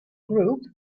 group